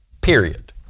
period